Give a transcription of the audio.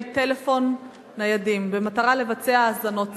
טלפון ניידים במטרה לבצע האזנות סתר.